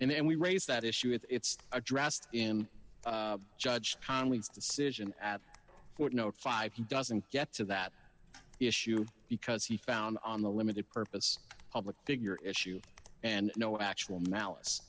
then we raise that issue it's addressed in judge connally's decision at footnote five he doesn't get to that issue because he found on the limited purpose public figure issue and no actual malice